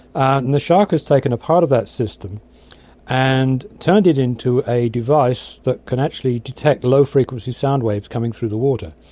and the shark has taken a part of that system and turned it into a device that can actually detect low-frequency sound waves coming through the water.